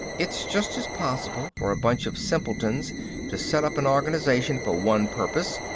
it's just as possible for a bunch of simpletons to set up an organization for one purpose,